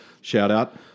shout-out